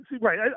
Right